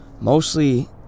mostly